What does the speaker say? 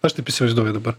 aš taip įsivaizduoju dabar